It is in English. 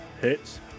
Hits